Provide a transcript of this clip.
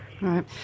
Right